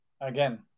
again